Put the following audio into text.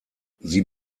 sie